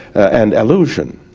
and illusion.